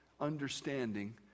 understanding